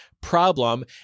problem